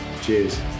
cheers